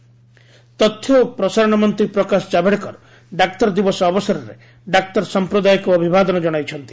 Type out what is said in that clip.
Javadekar doctors day ତଥ୍ୟ ଓ ପ୍ରସାରଣ ମନ୍ତ୍ରୀ ପ୍ରକାଶ ଜାବ୍ଡେକର ଡାକ୍ତର ଦିବସ ଅବସରରେ ଡାକ୍ତର ସମ୍ପ୍ରଦାୟକୁ ଅଭିବାଦନ ଜଣାଇଛନ୍ତି